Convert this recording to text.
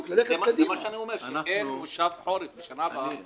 זה מה שאני אומר אין מושב חורף בשנה הבאה.